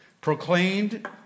proclaimed